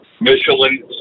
Michelin